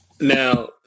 Now